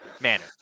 manner